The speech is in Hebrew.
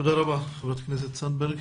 תודה רבה, חברת הכנסת זנדברג.